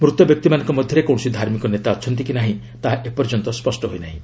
ମୃତ ବ୍ୟକ୍ତିମାନଙ୍କ ମଧ୍ୟରେ କୌଣସି ଧାର୍ମିକ ନେତା ଅଛନ୍ତି କି ନାହିଁ ତାହା ଏପର୍ଯ୍ୟନ୍ତ ସ୍ୱଷ୍ଟ ହୋଇ ନାହିଁ